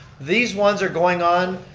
these ones are going on,